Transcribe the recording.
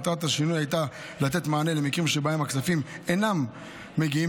מטרת השינוי הייתה לתת מענה למקרים שבהם הכספים אינם מגיעים